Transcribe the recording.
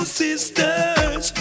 sisters